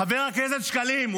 חבר הכנסת שקלים,